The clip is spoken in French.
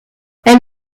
elle